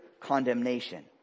condemnation